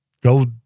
go